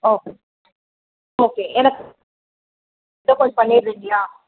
okay okay எனக்கு பண்ணிடுறிங்களா